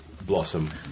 Blossom